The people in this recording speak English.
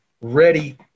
ready